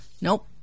Nope